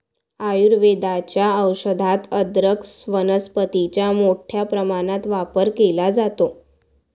आयुर्वेदाच्या औषधात अदरक वनस्पतीचा मोठ्या प्रमाणात वापर केला जातो